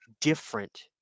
different